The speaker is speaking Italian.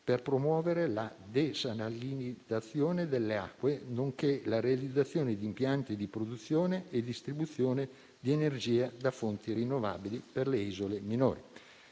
per promuovere la desalinizzazione delle acque nonché la realizzazione di impianti di produzione e distribuzione di energia da fonti rinnovabili per le isole minori.